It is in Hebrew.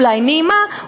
אולי נעימה,